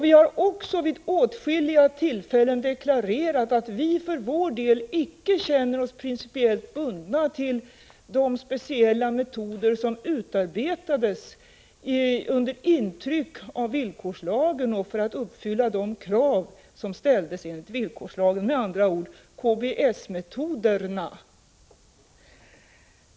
Vi har också vid åtskilliga tillfällen deklarerat att vi för vår del icke känner oss principiellt bundna till de speciella metoder som utarbetades under intryck av villkorslagen för att uppfylla de krav som ställdes enligt denna — med andra ord KBS-metoderna.